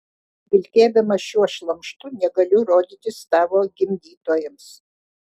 vilkėdama šiuo šlamštu negaliu rodytis tavo gimdytojams